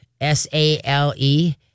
s-a-l-e